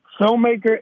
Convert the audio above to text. filmmaker